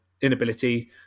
inability